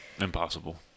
Impossible